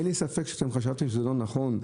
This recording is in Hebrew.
אין לי ספק שאתם חשבתם שזה לא נכון.